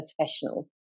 professional